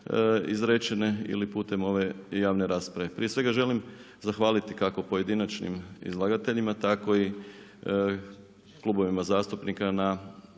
izrečene ili putem ove javne rasprave. Prije svega želim zahvaliti kako pojedinačnim izlagateljima, tako i klubovima zastupnika na,